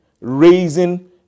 raising